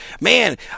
man